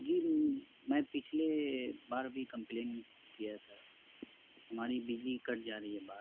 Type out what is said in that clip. جی میں پچھلے بار بھی کمپلین کیا تھا ہماری بجلی کٹ جا رہی ہے بار